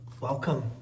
Welcome